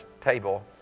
table